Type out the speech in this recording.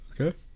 Okay